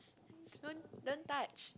don't don't touch